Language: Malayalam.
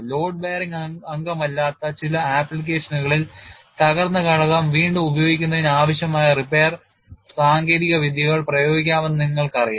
ലോഡ് ബെയറിംഗ് അംഗമല്ലാത്ത ചില ആപ്ലിക്കേഷനുകളിൽ തകർന്ന ഘടകം വീണ്ടും ഉപയോഗിക്കുന്നതിന് ആവശ്യമായ റിപ്പയർ സാങ്കേതികവിദ്യകൾ പ്രയോഗിക്കാമെന്ന് നിങ്ങൾക്കറിയാം